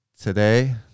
today